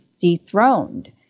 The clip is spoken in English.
dethroned